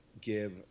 give